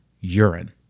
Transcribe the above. urine